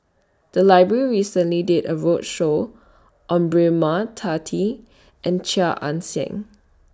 The Library recently did A roadshow on Braema and Chia Ann Siang